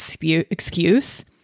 excuse